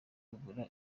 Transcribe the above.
kugura